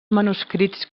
manuscrits